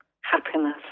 happiness